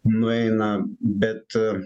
nueina bet